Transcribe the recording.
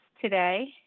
today